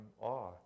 awe